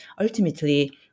ultimately